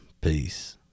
peace